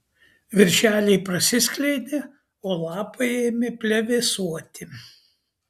viršeliai prasiskleidė o lapai ėmė plevėsuoti